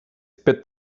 spit